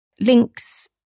links